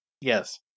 yes